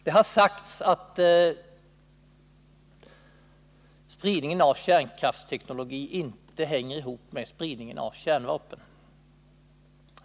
Det har sagts att spridningen av kärnkraftsteknologi inte hänger ihop med spridningen av kärnvapen.